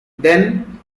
then